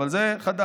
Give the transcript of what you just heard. אבל זה חדש.